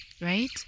Right